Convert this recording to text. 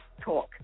talk